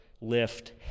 lift